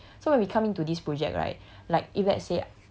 that should be your mindset so when we come in to this project right